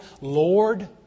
Lord